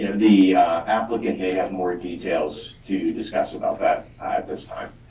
the applicant has more details to discuss about that this time.